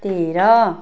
तेह्र